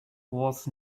was